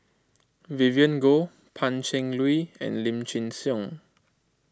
Vivien Goh Pan Cheng Lui and Lim Chin Siong